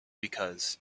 because